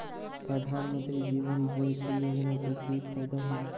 प्रधानमंत्री जीवन ज्योति योजना के की फायदा हई?